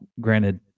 granted